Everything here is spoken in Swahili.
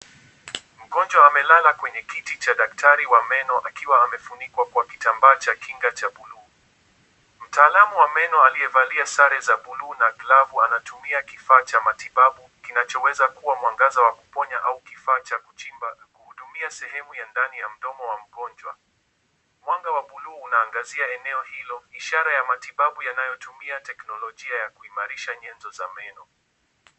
Mgonjwa amelala kwenye kiti cha daktari wa meno, akiwa amefunikwa kwa kitambaa cha kinga cha blue . Mtaalamu wa meno, aliyevalia sare za blue na glavu, anatumia kifaa cha matibabu kinachoweza kuwa mwangaza wa kuponya, au kifaa cha kuchimba, kuhudumia sehemu ya ndani ya mdomo wa mgonjwa. Mwanga wa blue unaangazia eneo hilo, ishara ya matibabu yanayotumia teknolojia ya kuimarisha nyenzo za meno.